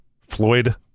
Floyd